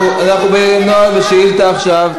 אנחנו בנוהל שאילתה עכשיו.